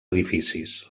edificis